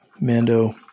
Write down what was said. Mando